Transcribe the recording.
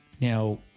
Now